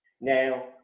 Now